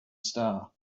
star